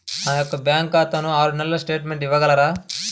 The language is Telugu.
నా యొక్క బ్యాంకు ఖాతా ఆరు నెలల స్టేట్మెంట్ ఇవ్వగలరా?